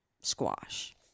squash